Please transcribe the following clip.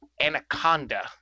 Anaconda